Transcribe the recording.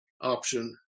option